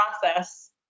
process